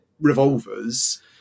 revolvers